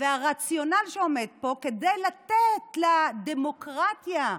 והרציונל שעומד פה, לתת לדמוקרטיה,